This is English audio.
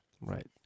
right